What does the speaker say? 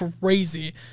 crazy